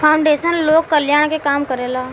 foundation लोक कल्याण के काम करेला